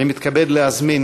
אני מתכבד להזמין